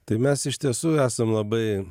tai mes iš tiesų esam labai